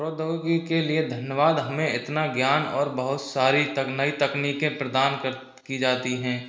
प्रौद्योगिकी के लिए धन्यवाद हमें इतना ज्ञान और बहुत सारी तक नई तकनीकें प्रदान कर की जाती हैं